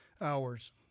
hours